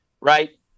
right